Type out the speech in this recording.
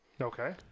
Okay